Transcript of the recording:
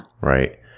right